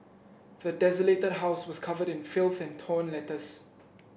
the desolated house was covered in filth and torn letters